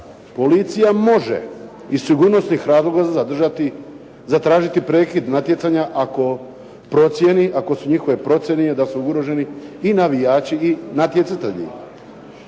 Policija može iz sigurnosnih razloga zatražiti prekid natjecanja ako procijeni, ako su njihove procjene da su ugroženi i navijači i natjecatelji.